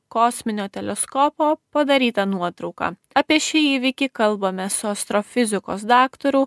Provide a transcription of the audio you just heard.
kosminio teleskopo padarytą nuotrauką apie šį įvykį kalbamės su astrofizikos daktaru